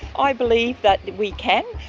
i believe that we can.